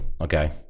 Okay